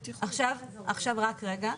עכשיו רק רגע.